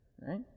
right